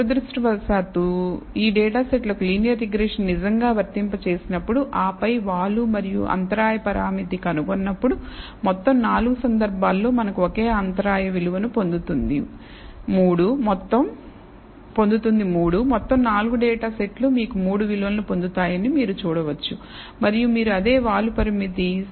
దురదృష్టవశాత్తు ఈ data set లకు లీనియర్ రిగ్రెషన్ నిజంగా వర్తింప చేసినప్పుడు ఆపై వాలు మరియు అంతరాయ పారామితి కనుగొన్నప్పుడు మొత్తం 4 సందర్భాల్లో మనకు ఒకే అంతరాయ విలువను పొందుతుంది 3 మొత్తం 4 డేటా సెట్లు మీకు 3 విలువను పొందుతాయని మీరు చూడవచ్చు మరియు మీరు అదే వాలు పరామితి 0